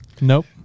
Nope